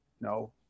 No